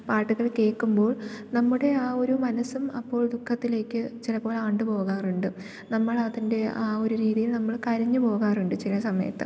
പാട്ടുകൾ കേൾക്കുമ്പോൾ നമ്മുടെ ആ ഒരു മനസ്സും അപ്പോൾ ദുഖത്തിലേക്ക് ചിലപ്പോൾ ആണ്ട് പോകാറുണ്ട് നമ്മളതിൻ്റെ ആ ഒരു രീതിയിൽ നമ്മൾ കരഞ്ഞുപോകാറുണ്ട് ചിലസമയത്ത്